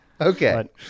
Okay